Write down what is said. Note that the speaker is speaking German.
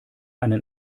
einen